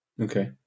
Okay